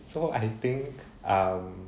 so I think um